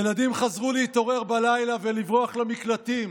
ילדים חזרו להתעורר בלילה ולברוח למקלטים,